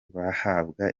bahabwa